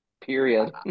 period